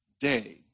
day